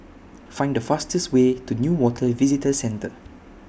Find The fastest Way to Newater Visitor Centre